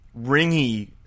ringy